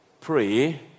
pray